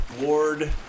ward